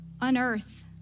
unearth